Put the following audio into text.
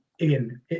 again